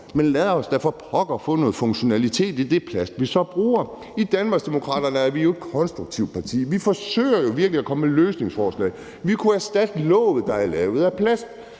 men lad os da for pokker få noget funktionalitet i det plast, vi så bruger. Danmarksdemokraterne er jo et konstruktivt parti. Vi forsøger jo virkelig at komme med løsningsforslag. Vi kunne erstatte låget, der er lavet af plast.